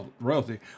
royalty